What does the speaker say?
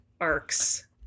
arcs